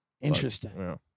Interesting